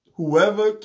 Whoever